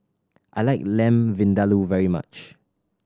I like Lamb Vindaloo very much